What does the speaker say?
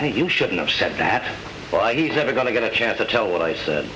and you shouldn't have said that he's ever going to get a chance to tell what i said